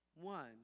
One